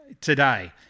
today